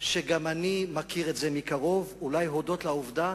שגם אני מכיר את זה מקרוב, אולי הודות לעובדה